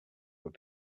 were